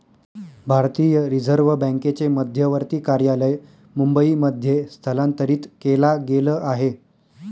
भारतीय रिझर्व बँकेचे मध्यवर्ती कार्यालय मुंबई मध्ये स्थलांतरित केला गेल आहे